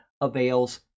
avails